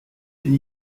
d’une